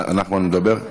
נחמן ידבר?